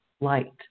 light